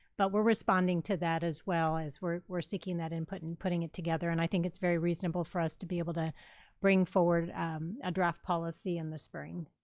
but we're responding to that as well as we're we're seeking that input and putting it together and i think it's very reasonable for us to be able to bring forward a draft policy in the spring.